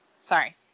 sorry